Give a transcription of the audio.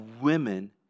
women